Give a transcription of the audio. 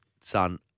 son